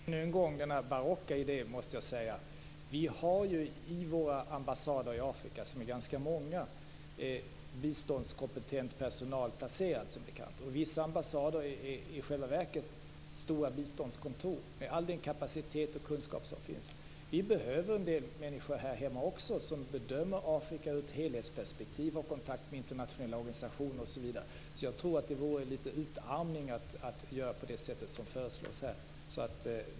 Fru talman! Låt mig då än en gång bemöta denna barocka idé. Vi har, som bekant, biståndskompetent personal placerad på våra ganska många ambassader i Afrika. Vissa ambassader är i själva verket stora biståndskontor, med all den kapacitet och kunskap som behövs för detta. Vi behöver också här hemma en del människor som bedömer Afrika i ett helhetsperspektiv, i kontakt med internationella organisationer osv. Jag tror således att det vore litet av utarmning att göra på det sätt som föreslås här.